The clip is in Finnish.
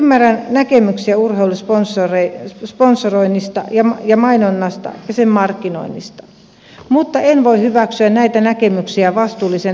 ymmärrän näkemyksiä urheilusponsoroinnista ja mainonnasta ja sen markkinoinnista mutta en voi hyväksyä näitä näkemyksiä vastuullisen alkoholipolitiikan perusteluina